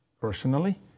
personally